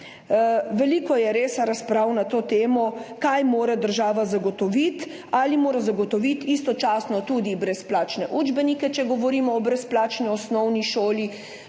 Veliko je res razprav na to temo, kaj mora država zagotoviti. Ali mora zagotoviti istočasno tudi brezplačne učbenike, če govorimo o brezplačni osnovni šoli,